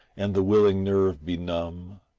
and the willing nerve be numb,